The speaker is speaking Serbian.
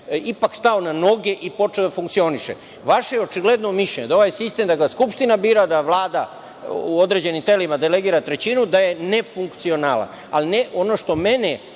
ipak stao na noge i počeo da funkcioniše. Vaše je očigledno mišljenje da je ovaj sistem, da ga Skupština bira, da Vlada u određenim telima delegira trećinu, da je nefunkcionalan. Ono što mene